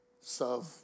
serve